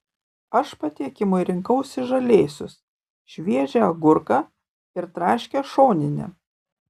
aš patiekimui rinkausi žalėsius šviežią agurką ir traškią šoninę